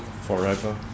forever